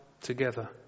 together